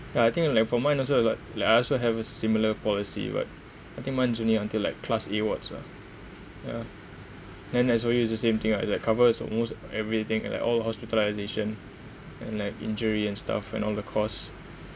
but I think like for mine also it's like like I also have a similar policy what I think mine is only until like class A wards lah ya then the S_O_U is the same thing lah is like covers almost everything and like all hospitalisation and like injury and stuff and all the costs